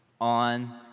on